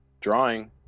drawing